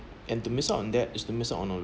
and to miss out on that is to miss out on on